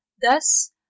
Thus